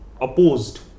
opposed